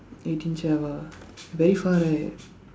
eighteen chef ah very far right